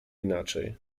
inaczej